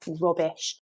rubbish